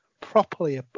properly